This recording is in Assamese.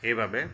সেইবাবে